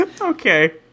Okay